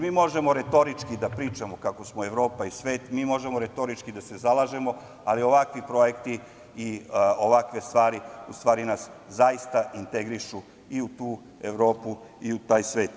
Mi možemo retorički da pričamo kako smo Evropa i svet, mi možemo retorički da se zalažemo, ali ovakvi projekti i ovakve stvari u stvari nas zaista integrišu i u tu Evropu i u taj svet.